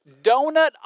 donut